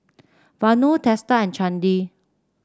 Vanu Teesta and Chandi